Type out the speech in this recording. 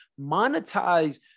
monetize